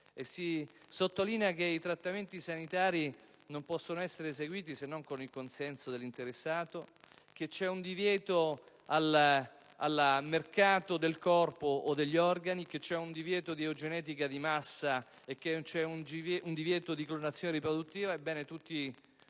si sottolinea che i trattamenti sanitari non possono essere seguiti se non con il consenso dell'interessato, che c'è un divieto al mercato del corpo o degli organi, che c'è un divieto di eugenetica di massa e che c'è un divieto di clonazione riproduttiva,